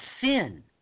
sin